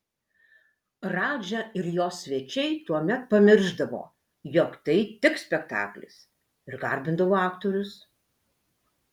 radža ir jo svečiai tuomet pamiršdavo jog tai tik spektaklis ir garbindavo aktorius